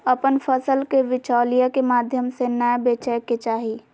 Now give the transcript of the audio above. अपन फसल के बिचौलिया के माध्यम से नै बेचय के चाही